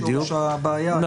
שורש הבעיה צריך להיות --- בדיוק.